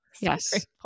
Yes